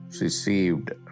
received